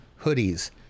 hoodies